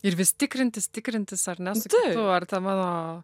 ir vis tikrintis tikrintis ar ne su kitu ar ten mano